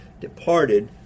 departed